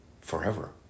forever